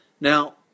Now